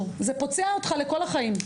זה פוצע אותך לכל החיים,